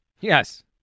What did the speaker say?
Yes